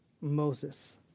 Moses